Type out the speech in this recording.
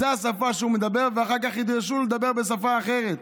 זו השפה שהוא מדבר, ואחר כך ידרשו לדבר בשפה אחרת.